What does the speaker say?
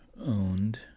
owned